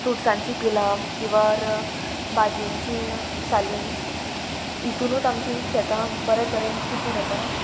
फ्रुट्सांची पिलां किंवां भाजयेंची साली हितुनूच आमची शेतां बरे तरेन पिकून येता